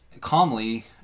calmly